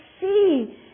see